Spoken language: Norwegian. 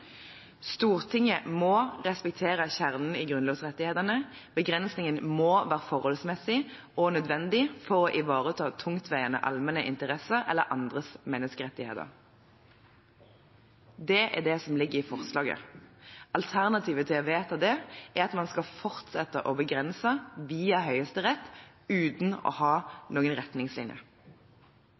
Stortinget må respektere kjernen i grunnlovsrettighetene, begrensningen må være forholdsmessig og nødvendig for å ivareta tungtveiende allmenne interesser eller andres menneskerettigheter. Det er det som ligger i forslaget. Alternativet til å vedta det er at man skal fortsette å begrense via Høyesterett uten å ha noen retningslinjer.